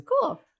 Cool